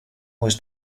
was